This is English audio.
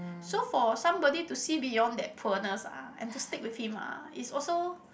so for somebody to see beyond that poorness lah and to stick with him lah is also